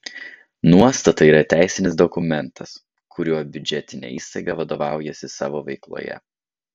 nuostatai yra teisinis dokumentas kuriuo biudžetinė įstaiga vadovaujasi savo veikloje